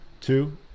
Two